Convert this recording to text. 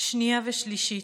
שנייה ושלישית.